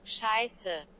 Scheiße